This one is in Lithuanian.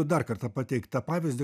dar kartą pateiktą pavyzdį